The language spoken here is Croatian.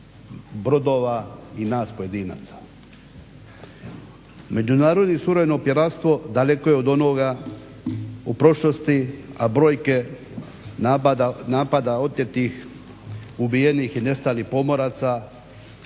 brodova i nas pojedinaca. Međunarodni …/Ne razumije se./… piratstvo daleko je od onoga u prošlosti, a brojke napada otetih, ubijenih i nestalih pomoraca,